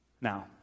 Now